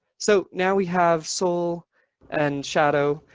so now we have soul and shadow.